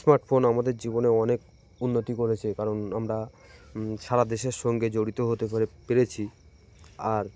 smartphone আমাদের জীবনে অনেক উন্নতি করেছে কারণ আমরা সারা দেশের সঙ্গে জড়িত হতে পেরে পেরেছি আর